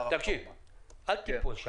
אל תיפול שם.